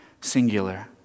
singular